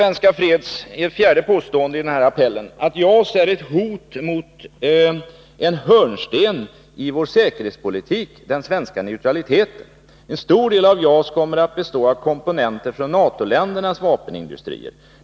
Ett fjärde påstående i den här appellen: ”JAS är ett hot mot en hörnsten i vår säkerhetspolitik, den svenska neutraliteten: En stor del av JAS kommer att bestå av komponenter från NATO-ländernas vapenindustrier.